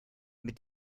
mit